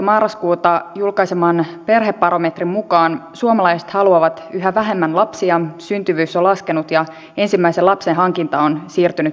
marraskuuta julkaiseman perhebarometrin mukaan suomalaiset haluavat yhä vähemmän lapsia syntyvyys on laskenut ja ensimmäisen lapsen hankinta on siirtynyt myöhemmäksi